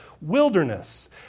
wilderness